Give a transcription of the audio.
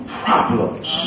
problems